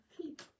keep